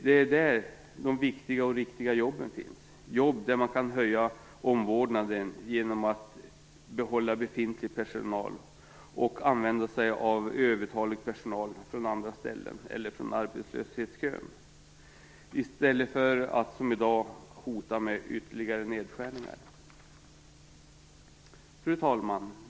Det är där de viktiga och riktiga jobben finns, jobb där man kan höja omvårdnaden genom att behålla befintlig personal och använda övertalig personal från andra ställen eller från arbetslöshetskön i stället för att som i dag hota med ytterligare nedskärningar. Fru talman!